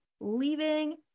leaving